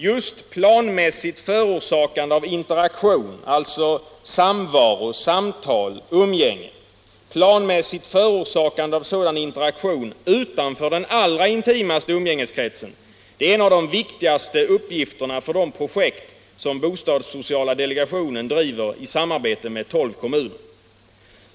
Just planmässigt förorsakande av interaktion — alltså samvaro, samtal, umgänge — utanför den allra intimaste umgängeskretsen är en av de viktigaste uppgifterna för de projekt bostadssociala delegationen driver i samarbete med tolv kommuner.